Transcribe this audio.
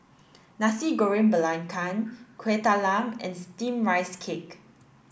Nasi Goreng Belacan Kueh Talam and steamed rice cake